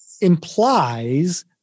implies